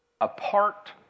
apart